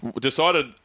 decided